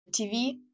TV